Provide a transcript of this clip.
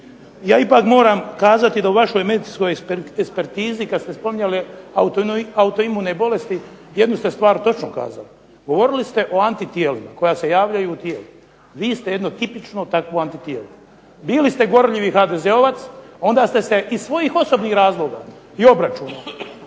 Ja ipak moram kazati da u vašoj medicinskoj ekspertizi kada ste spominjali autoimune bolesti jednu ste stvar točno kazali. Govorili ste o antitijelima koja se javljaju u tijelu. Vi ste jedno tipično takvo antitijelo. Bili ste gorljivi HDZ-ovac onda ste se iz svojih osobnih razloga i obračuna